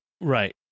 Right